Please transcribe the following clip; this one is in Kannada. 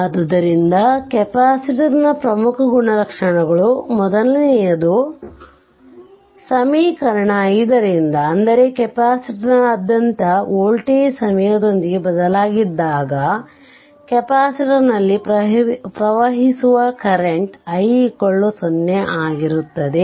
ಆದ್ದರಿಂದ ಕೆಪಾಸಿಟರ್ ನ ಪ್ರಮುಖ ಗುಣಲಕ್ಷಣಗಳು ಮೊದಲನೆಯದು ಸಮೀಕರಣ 5 ರಿಂದ ಅಂದರೆ ಕೆಪಾಸಿಟರ್ನಾದ್ಯಂತ ವೋಲ್ಟೇಜ್ ಸಮಯದೊಂದಿಗೆ ಬದಲಾಗದಿದ್ದಾಗಕೆಪಾಸಿಟರ್ ನಲ್ಲಿ ಪ್ರವಹಿಸುವ ಕರೆಂಟ್ i0 ಆಗಿರುತ್ತದೆ